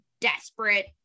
desperate